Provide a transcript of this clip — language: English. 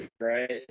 right